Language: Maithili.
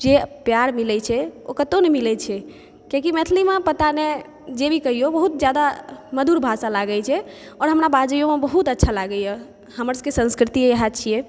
जे प्यार मिलै छै ओ कतौ नहि मिलै छै कियाकि मैथिलीमे अहाँ पता नहि जे भी कहियौ बहुत जादा मधुर भाषा लागै छै आओर हमरा बाजयौमे बहुत अच्छा लागैए हमर सभके संस्कृति इएह छियै